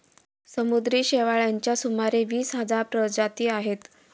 समुद्री शेवाळाच्या सुमारे वीस हजार प्रजाती आहेत